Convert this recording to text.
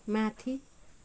माथि